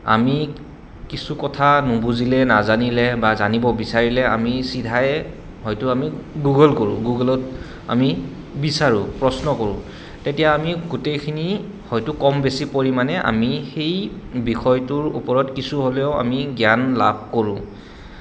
আমি কিছু কথা নুবুজিলে নাজানিলে বা জানিব বিচাৰিলে আমি চিধাই হয়তো আমি গুগল কৰোঁ গুগলত আমি বিচাৰোঁ প্ৰশ্ন কৰোঁ তেতিয়া আমি গোটেইখিনি হয়তো কম বেছি পৰিমাণে আমি সেই বিষয়টোৰ ওপৰত কিছু হ'লেও আমি জ্ঞান লাভ কৰোঁ